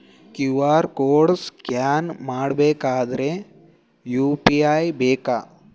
QR code scan ಮಾಡಬೇಕಾದರೆ UPI ಬೇಕಾ?